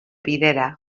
bidera